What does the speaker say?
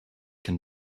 can